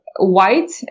white